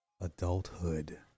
adulthood